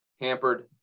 hampered